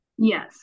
Yes